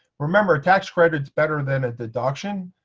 remember, tax credits better than a deduction.